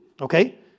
okay